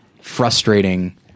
frustrating